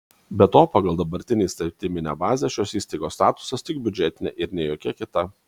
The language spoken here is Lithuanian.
be to pagal dabartinę įstatyminę bazę šios įstaigos statusas tik biudžetinė ir ne jokia kita